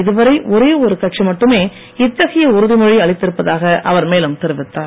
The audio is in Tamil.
இதுவரை ஒரே ஒரு கட்சி மட்டுமே இத்தகைய உறுதிமொழி அளித்திருப்பதாக அவர் மேலும் தெரிவித்தார்